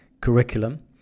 Curriculum